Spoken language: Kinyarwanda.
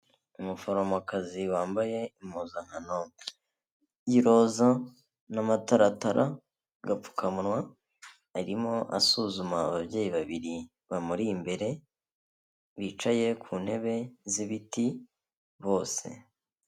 Umuforomokazi wambaye impuzankano y'iroza n'amataratara, agapfukamunwa arimo asuzuma ababyeyi babiri bamuri imbere bicaye ku ntebe z'ibiti bose.